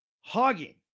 hogging